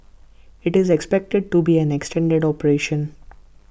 IT is expected to be an extended operation